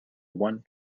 one